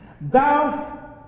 thou